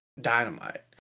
dynamite